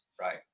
Right